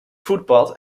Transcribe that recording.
voetpad